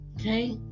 okay